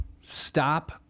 stop